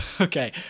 Okay